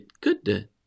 Good